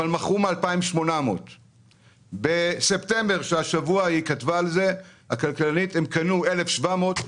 ומכרו 2,800. בספטמבר הם קנו 1,700 דירות,